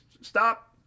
stop